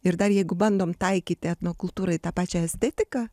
ir dar jeigu bandom taikyt etnokultūrai tą pačią estetiką